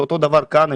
אותו דבר כאן.